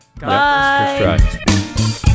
bye